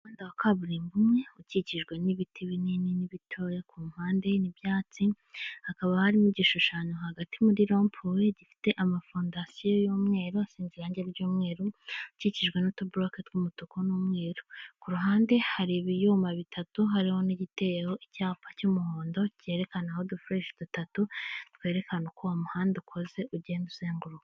Umuhanda wa kaburimbo umwe ukikijwe n'ibiti binini n'ibitoya ku rupande n'ibyatsi, hakaba harimo igishushanyo hagati muri rompuwe gifite amafondasiyo y'umweru asize irangi ry'umweru ukikijwe n'utuburoke tw'umutuku n'umweru, ku ruruhande hari ibyuma bitatu hariho n'igiteyeho icyapa cy'umuhondo cyerekanaho udufureshi dutatu twerekana uko uwo umuhanda ukoze ugenda uzenguruka.